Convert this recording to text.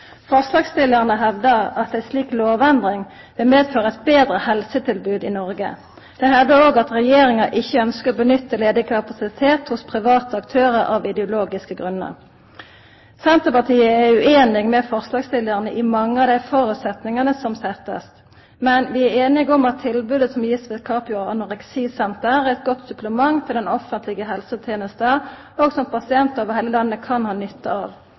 Forslagsstillarane hevdar at ei slik lovendring vil medføra eit betre helsetilbod i Noreg. Dei hevdar òg at Regjeringa ikkje ønskjer å nytta ledig kapasitet hos private aktørar av ideologiske grunnar. Senterpartiet er ueinig med forslagsstillarane i mange av dei føresetnadene som blir sette, men vi er einige i at tilbodet som blir gitt ved Capio Anoreksi Senter, er eit godt supplement til den offentlege helsetenesta, og som pasientar over heile landet kan ha nytte av.